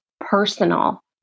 personal